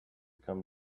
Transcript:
come